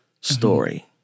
story